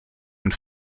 and